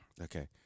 Okay